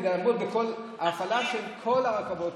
כדי לעמוד בכל ההפעלה של כל הרכבות.